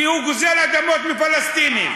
כי הוא גוזל אדמות מפלסטינים.